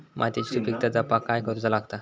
मातीयेची सुपीकता जपाक काय करूचा लागता?